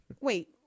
Wait